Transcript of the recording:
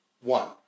One